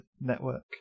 network